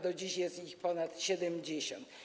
Do dziś jest ich ponad 70.